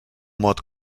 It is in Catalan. mot